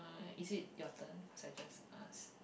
is it your turn so I just ask